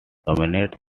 dominate